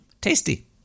Tasty